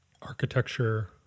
Architecture